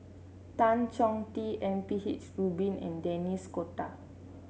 Tan Chong Tee M P H Rubin and Denis D'Cotta